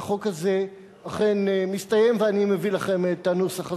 והחוק הזה אכן מסתיים ואני מביא לכם את הנוסח הזה.